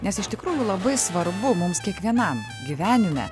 nes iš tikrųjų labai svarbu mums kiekvienam gyvenime